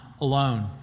alone